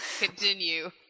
continue